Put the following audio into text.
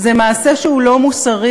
זה מעשה שהוא לא מוסרי,